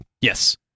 Yes